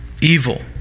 evil